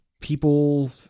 people